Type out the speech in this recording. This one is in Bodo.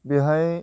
बेहाय